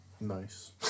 Nice